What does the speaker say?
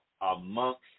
amongst